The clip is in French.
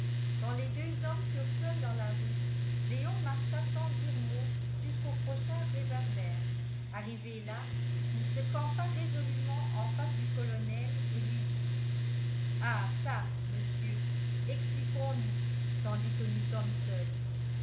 quand les deux hommes furent seuls dans la rue léon marcha sans dire mot jusqu'au prochain réverbère arrivé là il se campa résolument en face du colonel et lui dit ah çà monsieur expliquons-nous tandis que nous sommes seuls